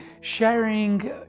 sharing